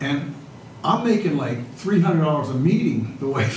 and i'm thinking like three hundred dollars a meeting the way